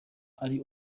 ari